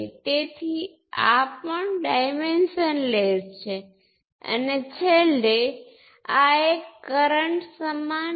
હવે પેહલા એક z11 × I1 છે તે વોલ્ટેજ ડ્રોપ છે જે પોર્ટ દ્વારા વહેતા કરંટ ના પ્રમાણમાં છે